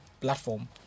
platform